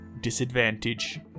disadvantage